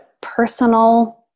personal